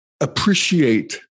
appreciate